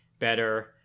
better